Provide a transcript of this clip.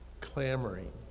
clamoring